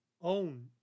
own